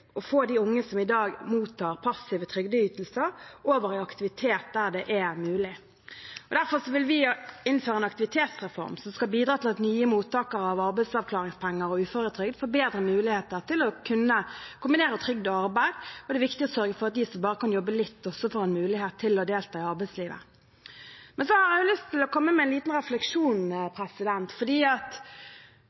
få de unge som i dag mottar passive trygdeytelser, over i aktivitet der det er mulig. Derfor vil vi innføre en aktivitetsreform som skal bidra til at nye mottakere av arbeidsavklaringspenger og uføretrygd får bedre muligheter til å kunne kombinere trygd og arbeid, og det er viktig å sørge for at de som bare kan jobbe litt, også får en mulighet til å delta i arbeidslivet. Men så har jeg også lyst til å komme med en liten refleksjon.